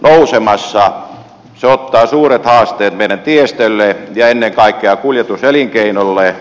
se aiheuttaa suuret haasteet meidän tiestölle ja ennen kaikkea kuljetuselinkeinolle